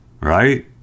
Right